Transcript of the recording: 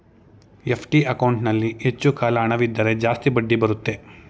FD ಅಕೌಂಟಲ್ಲಿ ಹೆಚ್ಚು ಕಾಲ ಹಣವಿದ್ದರೆ ಜಾಸ್ತಿ ಬಡ್ಡಿ ಬರುತ್ತೆ